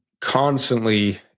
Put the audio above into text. constantly